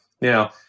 Now